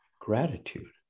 Gratitude